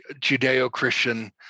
Judeo-Christian